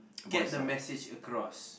get the message across